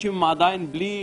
אנשים עדיין בלי אופק.